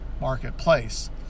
Marketplace